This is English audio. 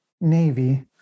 Navy